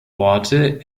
orte